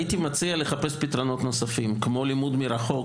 הייתי מציע לחפש פתרונות נוספים כמו לימוד מרחוק